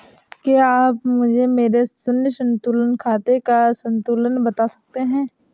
क्या आप मुझे मेरे शून्य संतुलन खाते का संतुलन बता सकते हैं?